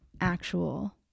actual